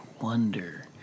wonder